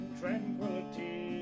tranquility